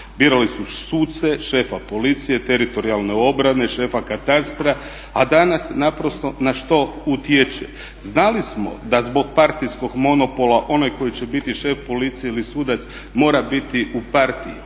Birali su suce, šefa policije, teritorijalne obrane, šefa katastra, a danas naprosto na što utječe. Znali smo da zbog partijskog monopola onaj koji će biti šef policije ili sudac mora biti u partiji.